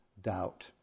doubt